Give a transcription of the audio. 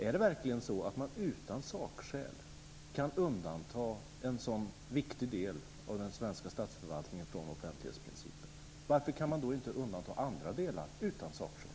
Är det verkligen så att man utan sakskäl kan undanta en så viktig del av den svenska statsförvaltningen från offentlighetsprincipen? Varför kan man då inte undanta andra delar utan sakskäl?